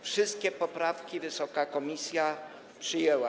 Wszystkie poprawki wysoka komisja przyjęła.